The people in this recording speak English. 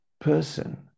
person